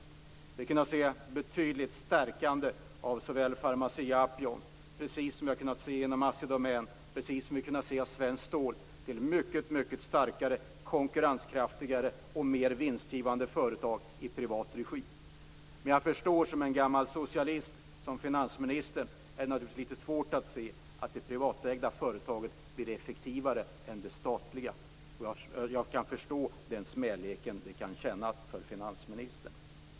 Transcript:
Vi har kunnat se ett betydligt stärkande av såväl Stål till mycket konkurrenskraftigare och mer vinstgivande företag i privat regi. Men jag förstår att det som gammal socialist, som finansministern, naturligtvis är litet svårt att se att det privatägda företaget blir effektivare än det statliga. Jag kan förstå den smälek som kan kännas för finansministern.